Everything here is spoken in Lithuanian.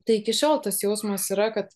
tai iki šiol tas jausmas yra kad